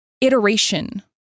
iteration